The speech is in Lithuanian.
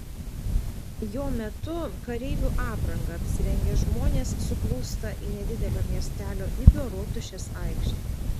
jo metu kareivių apranga apsirengę žmonės suplūsta į nedidelio miestelio ibio rotušės aikštę